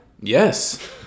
Yes